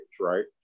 right